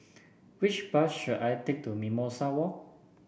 which bus should I take to Mimosa Walk